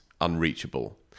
unreachable